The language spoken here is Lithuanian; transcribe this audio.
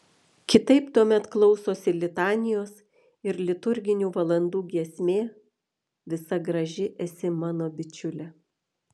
kitaip tuomet klausosi litanijos ir liturginių valandų giesmė visa graži esi mano bičiule